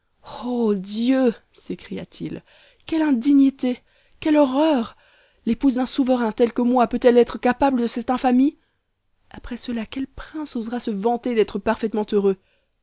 ô dieu s'écria-t-il quelle indignité quelle horreur l'épouse d'un souverain tel que moi peut-elle être capable de cette infamie après cela quel prince osera se vanter d'être parfaitement heureux